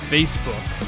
Facebook